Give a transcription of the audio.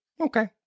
Okay